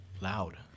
loud